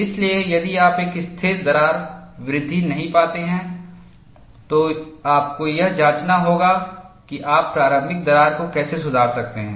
इसलिए यदि आप एक स्थिर दरार वृद्धि नहीं पाते हैं तो आपको यह जांचना होगा कि आप प्रारंभिक दरार को कैसे सुधार सकते हैं